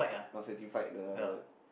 not satisfied the